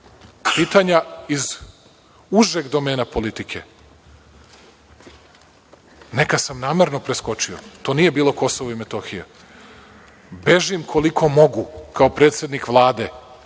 pitanja iz užeg domena politike. Neka sam namerno preskočio. To nije bilo KiM. Bežim koliko mogu kao predsednik Vlade.